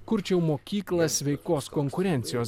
kurčiau mokyklą sveikos konkurencijos